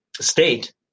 state